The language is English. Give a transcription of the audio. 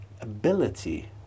ability